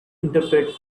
interpret